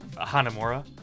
Hanamura